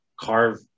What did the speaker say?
carve